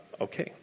okay